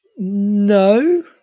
no